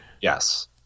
Yes